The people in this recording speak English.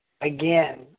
again